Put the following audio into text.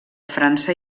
frança